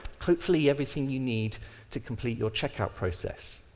hopefully, everything you need to complete your check-out process.